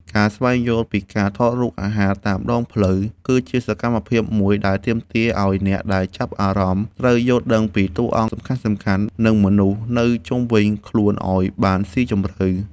ការស្វែងយល់ពីការថតរូបអាហារតាមដងផ្លូវ គឺជាសកម្មភាពមួយដែលទាមទារឱ្យអ្នកដែលចាប់អារម្មណ៍ត្រូវយល់ដឹងពីតួអង្គសំខាន់ៗ និងមនុស្សនៅជុំវិញខ្លួនឱ្យបានស៊ីជម្រៅ។